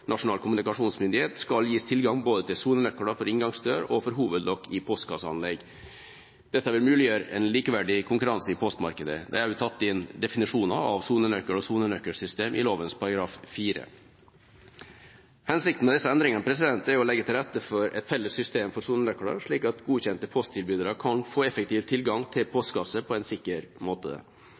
Nasjonal kommunikasjonsmyndighet skal gis tilgang til både sonenøkler for inngangsdør og hovedlokk i postkasseanlegg. Dette vil muliggjøre en likeverdig konkurranse i postmarkedet. Det er også tatt inn definisjoner av sonenøkkel og sonenøkkelsystem i lovens § 4. Hensikten med disse endringene er å legge til rette for et felles system for sonenøkler, slik at godkjente posttilbydere kan få effektiv tilgang til postkasser på en sikker måte.